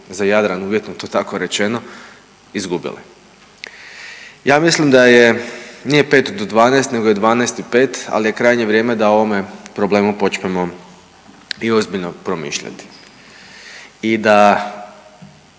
za Jadran, uvjetno to tako rečeno, izgubili. Ja mislim da je, nije 5 do 12 nego je 12 i 5, ali je krajnje vrijeme da ovome problemu počnemo i ozbiljno promišljati i da